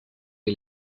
est